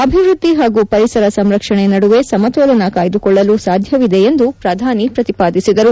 ಅಭಿವ್ವದ್ದಿ ಹಾಗೂ ಪರಿಸರ ಸಂರಕ್ಷಣೆ ನಡುವೆ ಸಮತೋಲನ ಕಾಯ್ದುಕೊಳ್ಳಲು ಸಾಧ್ಯವಿದೆ ಎಂದು ಪ್ರಧಾನಿ ಹೇಳಿದರು